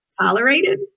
Tolerated